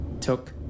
Took